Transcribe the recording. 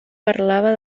parlava